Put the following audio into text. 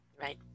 Right